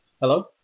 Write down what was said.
hello